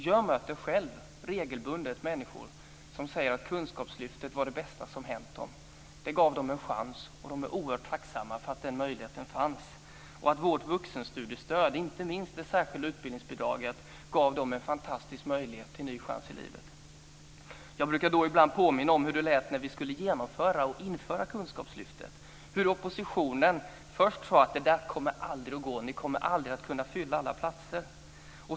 Jag möter själv regelbundet människor som säger att Kunskapslyftet var det bästa som hänt dem. Det gav dem en chans och de är oerhört tacksamma för att den möjligheten fanns. Vårt vuxenstudiestöd, inte minst det särskilda utbildningsbidraget, gav dem en fantastisk möjlighet till en ny chans i livet. Jag brukar då ibland påminna om hur det lät när vi skulle införa Kunskapslyftet, om hur oppositionen först sade: Det där kommer aldrig att gå. Ni kommer aldrig att kunna fylla alla platser.